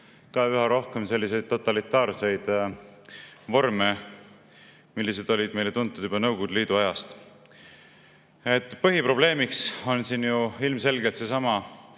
üha rohkem selliseid totalitaarseid vorme, mis on meile tuntud juba Nõukogude Liidu ajast. Põhiprobleem on siin ju ilmselgelt seesama